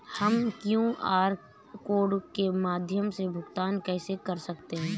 हम QR code के माध्यम से भुगतान कैसे कर सकते हैं?